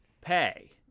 pay